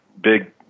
big